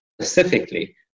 specifically